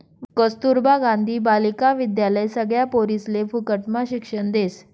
कस्तूरबा गांधी बालिका विद्यालय सगळ्या पोरिसले फुकटम्हा शिक्षण देस